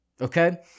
okay